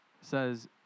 says